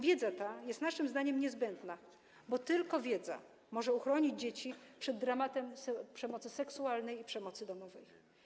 Wiedza ta jest naszym zdaniem niezbędna, bo tylko wiedza może uchronić dzieci przed dramatem przemocy seksualnej i przemocy domowej.